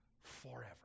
forever